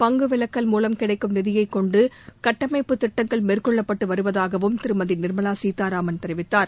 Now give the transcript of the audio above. பங்கு விலக்கல் மூலம் கிடைக்கும் நிதியை கொண்டு கட்டமைப்புத் திட்டங்கள் மேற்கொள்ளப்பட்டு வருவதாகவும் திருமதி நிர்மலா சீதாராமன் தெரிவித்தார்